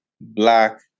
black